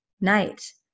night